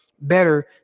better